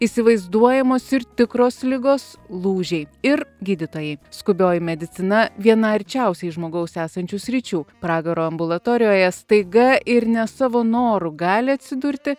įsivaizduojamos ir tikros ligos lūžiai ir gydytojai skubioji medicina viena arčiausiai žmogaus esančių sričių pragaro ambulatorijoje staiga ir ne savo noru gali atsidurti